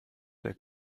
der